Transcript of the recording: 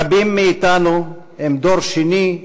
רבים מאתנו הם דור שני,